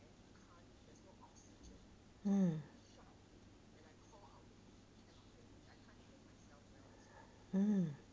mm mm